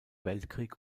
weltkrieg